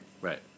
Right